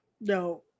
No